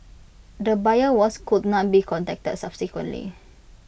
the buyer was could not be contacted subsequently